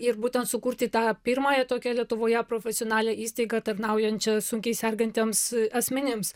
ir būtent sukurti tą pirmąją tokią lietuvoje profesionalią įstaigą tarnaujančią sunkiai sergantiems asmenims